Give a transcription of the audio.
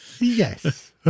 yes